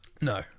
no